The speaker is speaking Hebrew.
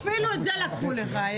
אפילו את זה לקחו לך.